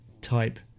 type